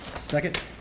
Second